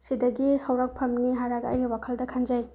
ꯁꯤꯗꯒꯤ ꯍꯧꯔꯛꯐꯝꯅꯤ ꯍꯥꯏꯔꯒ ꯑꯩꯒꯤ ꯋꯥꯈꯜꯗ ꯈꯟꯖꯩ